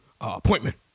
appointment